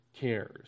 cares